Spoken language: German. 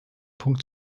punkt